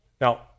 Now